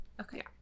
Okay